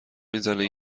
میزنه